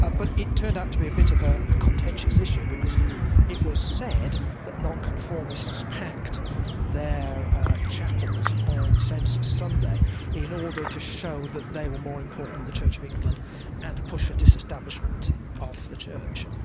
ah but it turned out to be a bit of ah a contentious issue because it was said that nonconformists packed their chapels on census sunday in order to show that they were more important than the church of england and to push for disestablishment of the church.